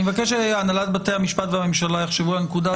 אני מבקש שהנהלת בתי המשפט והממשלה יחשבו על הנקודה הזאת.